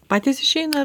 patys išeina